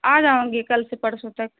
آ جاؤں گی کل سے پرسوں تک